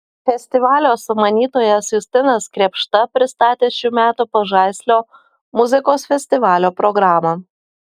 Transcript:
festivalio sumanytojas justinas krėpšta pristatė šių metų pažaislio muzikos festivalio programą